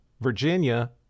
Virginia